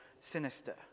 sinister